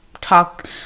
talk